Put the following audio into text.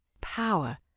power